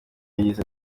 yize